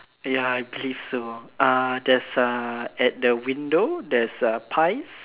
ya I believe so uh there's uh at the window there's err pies